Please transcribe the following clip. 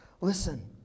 Listen